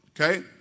okay